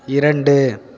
இரண்டு